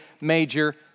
major